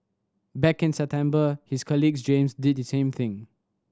back in September his colleague James did the same thing